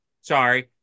Sorry